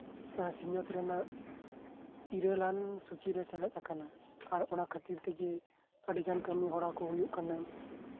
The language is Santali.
ᱥᱤᱧ ᱚᱛ ᱨᱮᱱᱟᱜ ᱤᱨᱟᱹᱞ ᱟᱱ ᱥᱩᱪᱤ ᱨᱮ ᱥᱮᱞᱮᱫ ᱟᱠᱟᱱᱟ ᱟᱨ ᱚᱱᱟ ᱠᱷᱟᱹᱛᱤᱨ ᱛᱮᱜᱮ ᱟᱹᱰᱤᱜᱟᱱ ᱠᱟᱹᱢᱤᱦᱚᱨᱟ ᱠᱚ ᱦᱩᱭᱩᱜ ᱠᱟᱱᱟ